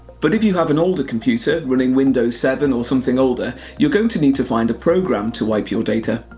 but if you have an older computer, running windows seven or something older, you're going to need to find a program to wipe your data.